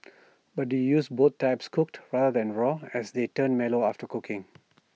but do use both types cooked rather than raw as they turn mellow after cooking